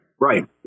Right